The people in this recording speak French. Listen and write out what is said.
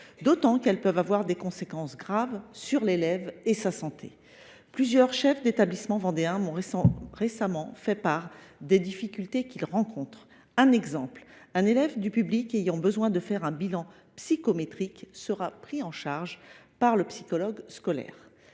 d’autant qu’elles peuvent avoir des conséquences graves sur l’élève et sa santé. Plusieurs chefs d’établissements vendéens m’ont récemment fait part des difficultés qu’ils rencontrent. Je vous livre un exemple : un élève du public ayant besoin de faire un bilan psychométrique sera pris en charge par le psychologue scolaire.